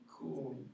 cool